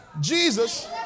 Jesus